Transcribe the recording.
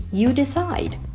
you decide